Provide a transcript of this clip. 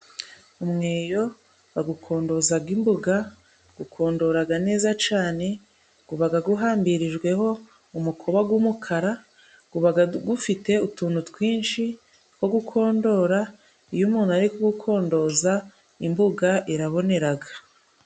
Umweyo bagukondozaga imbuga, gukondoraga neza cane, gubaga guhambirijweho umukoba g'umukara, gubagaga gufite utuntu twinshi two gukondora, iyo umuntu ari kugundoza, imbuga iraboneraga.